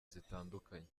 zitandukanye